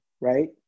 right